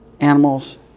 animals